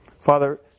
Father